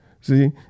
See